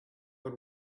but